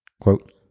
Quote